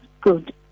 good